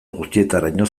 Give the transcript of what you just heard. guztietaraino